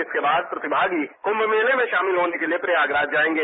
इसके बाद प्रतियागी कंप मेले में शामिल होने के लिए प्रयागराज जाएंगे